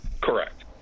Correct